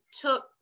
took